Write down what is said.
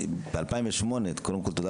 תודה